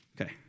Okay